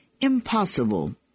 Impossible